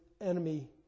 enemy